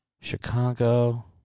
Chicago